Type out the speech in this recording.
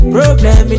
Problem